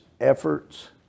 efforts